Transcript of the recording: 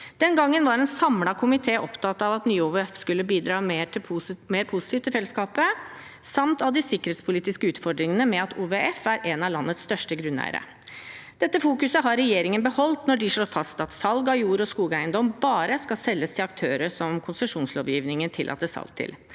Den gangen var en samlet komité opptatt av at nye OVF skulle bidra mer positivt til fellesskapet, samt av de sikkerhetspolitiske utfordringene med at OVF er en av landets største grunneiere. Dette fokuset har regjeringen beholdt når de slår fast at jord- og skogeiendom bare skal selges til aktører som konsesjonslovgivningen tillater salg til.